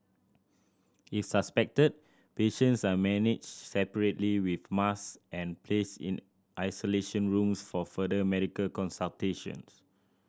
if suspected patients are managed separately with masks and placed in isolation rooms for further medical consultation